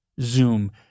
Zoom